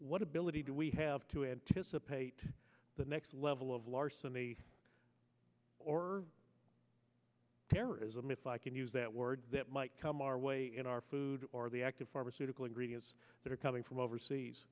what ability do we have to anticipate the next level of larceny or terrorism if i can use that word that might come our way in our food or the active pharmaceutical agreements that are coming from overseas